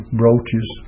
brooches